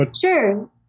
Sure